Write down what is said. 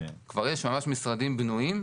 כבר יש ממש משרדים בנויים,